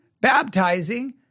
baptizing